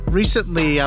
recently